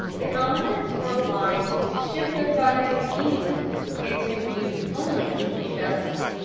the colonists were obliged to ship their products to england and to use only english vessels.